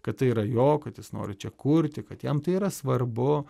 kad tai yra jo kad jis nori čia kurti kad jam tai yra svarbu